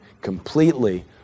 completely